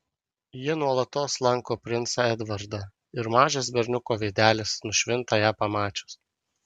ji nuolatos lanko princą edvardą ir mažas berniuko veidelis nušvinta ją pamačius